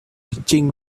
trinh